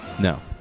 No